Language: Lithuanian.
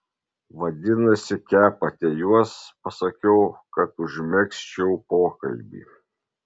vadinasi kepate juos pasakiau kad užmegzčiau pokalbį